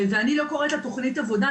ואני לא קוראת תכנית עבודה,